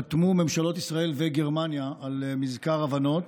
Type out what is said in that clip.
ב-23 באוקטובר 2017 חתמו ממשלות ישראל וגרמניה על מזכר הבנות